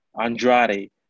Andrade